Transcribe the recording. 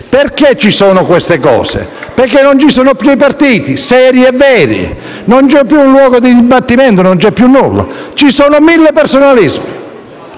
Perché ci sono queste cose? Perché non ci sono più i partiti seri e veri, non c'è più un luogo di dibattimento, non c'è più nulla. Ci sono 1.000 personalismi.